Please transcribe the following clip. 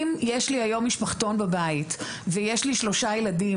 אם יש לי היום משפחתון בבית ויש לי במשפחתון